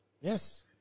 Yes